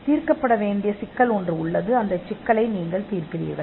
தீர்க்கப்பட வேண்டிய சிக்கல் உள்ளது நீங்கள் சிக்கலை தீர்க்கிறீர்கள்